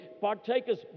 Partakers